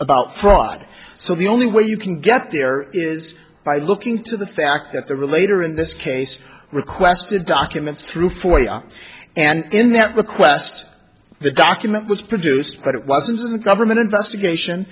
about fraud so the only way you can get there is by looking to the fact that the relator in this case requested documents through point and in that request the document was produced but it wasn't a government investigation